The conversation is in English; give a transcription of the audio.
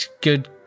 Good